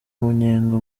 umunyenga